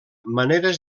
maneres